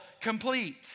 complete